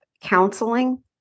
counseling